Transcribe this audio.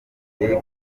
inkuru